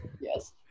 Yes